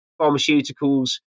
pharmaceuticals